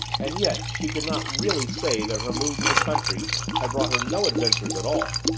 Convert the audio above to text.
and yet she could not really say that her move to the country had brought her no adventures at all.